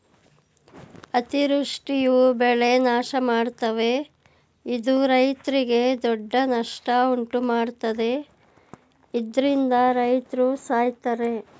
ಅತಿವೃಷ್ಟಿಯು ಬೆಳೆ ನಾಶಮಾಡ್ತವೆ ಇದು ರೈತ್ರಿಗೆ ದೊಡ್ಡ ನಷ್ಟ ಉಂಟುಮಾಡ್ತದೆ ಇದ್ರಿಂದ ರೈತ್ರು ಸಾಯ್ತರೆ